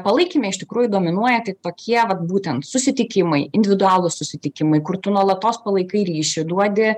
palaikyme iš tikrųjų dominuoja tai tik tokie vat būtent susitikimai individualūs susitikimai kur tu nuolatos palaikai ryšį duodi